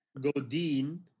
Godin